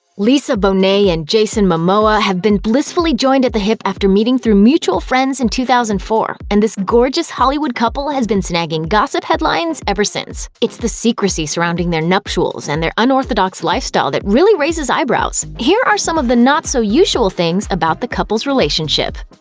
lisa bonet and jason momoa have been blissfully joined at the hip after meeting through mutual friends in two thousand and four, and this gorgeous hollywood couple has been snagging gossip headlines ever since. it's the secrecy surrounding their nuptials and their unorthodox lifestyle that really raises eyebrows. here are some of the not-so-usual things about the couple's relationship.